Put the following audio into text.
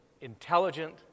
intelligent